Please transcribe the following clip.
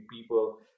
people